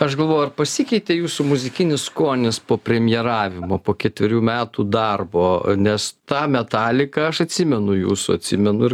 aš galvoju ar pasikeitė jūsų muzikinis skonis po premjeravimo po ketverių metų darbo nes tą metaliką aš atsimenu jūsų atsimenu ir